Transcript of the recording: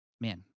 man